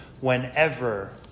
whenever